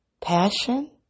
passion